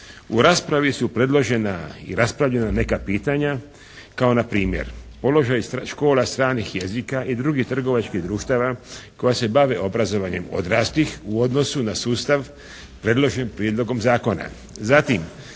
U raspravi su predložena i raspravljena neka pitanja kao npr. položaj škola stranih jezika i drugih trgovačkih društava koja se bave obrazovanjem odraslih u odnosu na sustav predložen prijedlogom zakona.